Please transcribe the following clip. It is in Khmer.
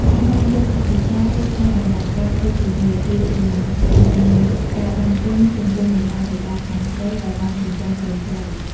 ការនាំយកថវិកា ឬ ថ្លៃបណ្តាការទៅជាមួយ គឺជានិមិត្តរូបនៃ ការដឹងគុណ ចំពោះមាតាបិតាខាងស្រីដែលបានចិញ្ចឹមកូនស្រី។